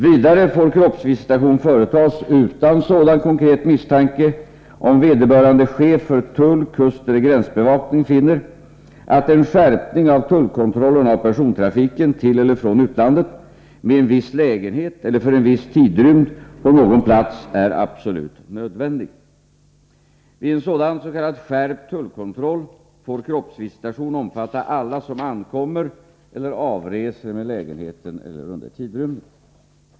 Vidare får kroppsvisitation företas — utan sådan konkret misstanke — om vederbörande chef för tull-, kusteller gränsbevakning finner att en skärpning av tullkontrollen av persontrafiken till eller från utlandet med en viss lägenhet eller för en viss tidrymd på någon plats är absolut nödvändig. Vid en sådan s.k. skärpt tullkontroll får kroppsvisitation omfatta alla som ankommer eller avreser med lägenheten eller under tidrymden.